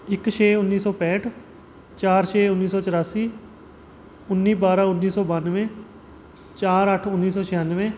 ਇੱਕ ਛੇ ਉੱਨੀ ਸੌ ਪੈਂਹਠ ਚਾਰ ਛੇ ਉੱਨੀ ਸੌ ਚੁਰਾਸੀ ਉੱਨੀ ਬਾਰਾਂ ਉੱਨੀ ਸੌ ਬਾਨਵੇਂ ਚਾਰ ਅੱਠ ਉੱਨੀ ਸੌ ਛਿਆਨਵੇਂ